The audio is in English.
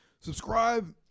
Subscribe